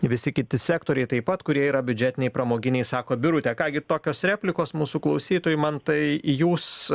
visi kiti sektoriai taip pat kurie yra biudžetiniai pramoginiai sako birutė ką gi tokios replikos mūsų klausytojų man tai jūs